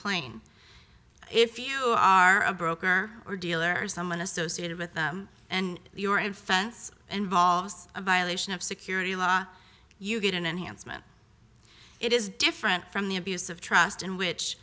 plain if you are a broker or dealer or someone associated with and you were infants involves a violation of security law you get an enhancement it is different from the abuse of trust in which